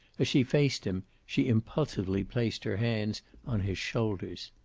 as she faced him, she impulsively placed her hands on his shoulders.